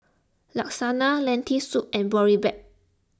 Lasagna Lentil Soup and Boribap